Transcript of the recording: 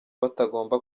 batagomba